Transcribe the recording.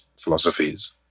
philosophies